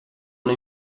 una